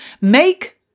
make